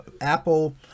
Apple